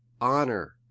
honor